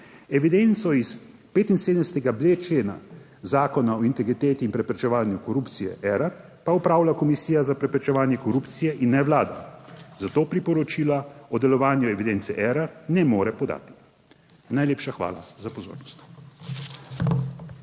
Evidenco iz 75.b člena Zakona o integriteti in preprečevanju korupcije Erar pa opravlja Komisija za preprečevanje korupcije in ne Vlada, zato priporočila o delovanju evidence Erar ne more podati. Najlepša hvala za pozornost.